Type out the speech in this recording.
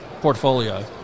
portfolio